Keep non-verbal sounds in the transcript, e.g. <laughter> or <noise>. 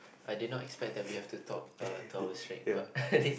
I did not expect that we have to talk err two hour straight but <laughs>